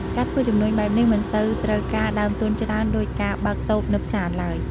ការធ្វើជំនួញបែបនេះមិនសូវត្រូវការដើមទុនច្រើនដូចការបើកតូបនៅផ្សារឡើយ។